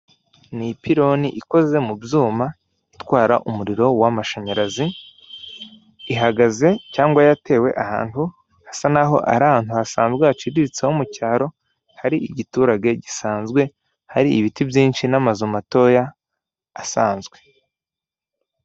Ni ipironi ikoze mu byuma, itwara umuriro w'amashanyarazi, ihagaze cyangwa yatewe ahantu hasa naho ari ahantu hasanzwe, haciriritseho, ho mu cyaro, hari igiturage gisanzwe, hari ibiti byinshi n'amazu matoya asanzwe.